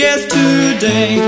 Yesterday